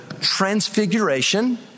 transfiguration